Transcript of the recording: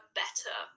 better